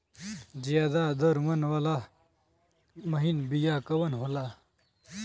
ज्यादा दर मन वाला महीन बिया कवन होला?